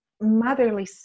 motherly